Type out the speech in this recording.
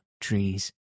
trees